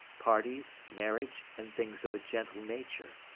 parties, marriage, and things of a gentle nature.